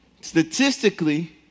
statistically